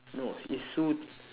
no it's sue